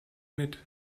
mit